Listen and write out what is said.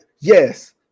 yes